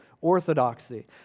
orthodoxy